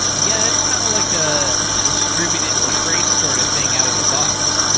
yeah, that's kind of like a distributed trace sort of thing out of the box.